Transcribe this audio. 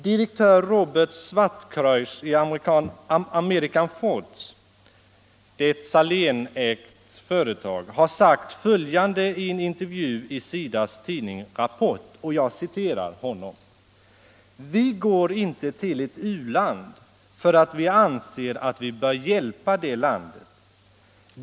Direktör Robert Zwartkruis i American Foods AB - ett Salénägt företag — har sagt följande i en intervju i SIDA:s tidning Rapport: ”Vi går inte till ett u-land för att vi anser att vi bör hjälpa det landet.